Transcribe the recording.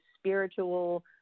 spiritual